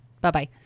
Bye-bye